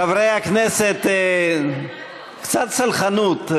חברי הכנסת, קצת סלחנות.